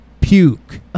puke